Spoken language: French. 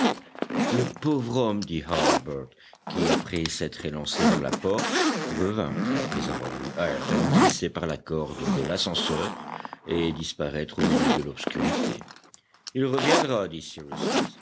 le pauvre homme dit harbert qui après s'être élancé vers la porte revint après avoir vu ayrton glisser par la corde de l'ascenseur et disparaître au milieu de l'obscurité il reviendra dit cyrus smith